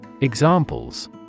Examples